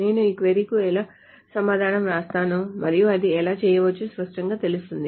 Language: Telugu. నేను ఈ క్వరీ కు సమాధానం వ్రాస్తాను మరియు ఇది ఎలా చేయవచ్చో స్పష్టంగా తెలుస్తుంది